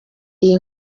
iyi